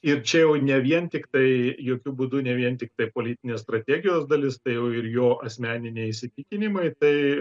ir čia jau ne vien tik tai jokiu būdu ne vien tiktai politinės strategijos dalis tai jau ir jo asmeniniai įsitikinimai tai